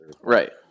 right